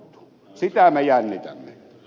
sitä me jännitämme